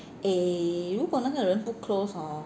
eh 如果那个人不 close hor